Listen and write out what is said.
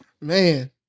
Man